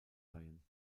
seien